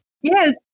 yes